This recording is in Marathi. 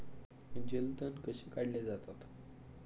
जलतण कसे काढले जातात?